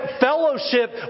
fellowship